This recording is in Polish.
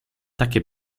takie